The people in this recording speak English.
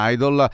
Idol